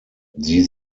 sie